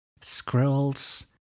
squirrels